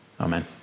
Amen